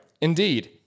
Indeed